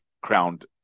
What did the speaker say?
crowned